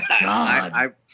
God